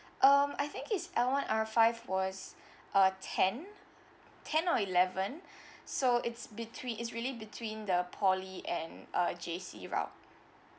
um I think his L one R five was uh ten ten or eleven so it's between it's really between the poly and uh J_C route